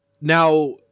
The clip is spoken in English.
Now